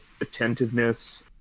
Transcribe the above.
attentiveness